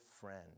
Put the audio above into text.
friend